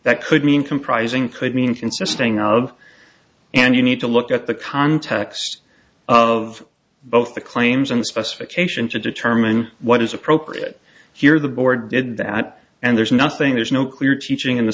that could mean comprising could mean consisting of and you need to look at the context of both the claims and the specification to determine what is appropriate here the board did that and there's nothing there's no clear teaching in the